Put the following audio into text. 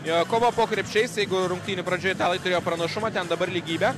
jog kova po krepšiais jeigu rungtynių pradžioje italai turėjo pranašumą ten dabar lygybė